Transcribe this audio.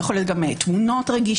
יכול להיות שם תמונות רגישות,